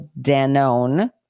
Danone